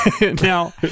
Now